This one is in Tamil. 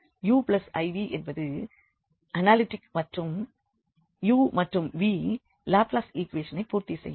இந்த fzuiv என்பது அனாலிட்டிக் மற்றும் u மற்றும் v லாப்ளாஸ் ஈக்குவேஷனை பூர்த்தி செய்யும்